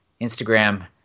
Instagram